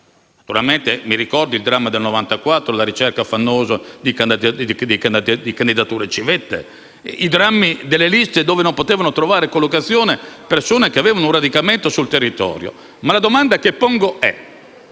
mi ricordo il dramma del 1994 e la ricerca affannosa di candidature civetta; ricordo i drammi delle liste dove non potevano trovare collocazione persone che avevano un radicamento sul territorio. Ma la domanda che pongo è